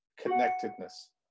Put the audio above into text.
connectedness